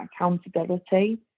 accountability